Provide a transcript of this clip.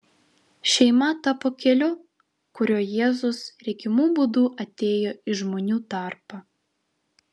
šeima tapo keliu kuriuo jėzus regimu būdu atėjo į žmonių tarpą